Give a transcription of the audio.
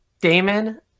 Damon